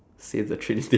save the trains